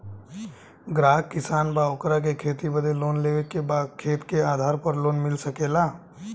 ग्राहक किसान बा ओकरा के खेती बदे लोन लेवे के बा खेत के आधार पर लोन मिल सके ला?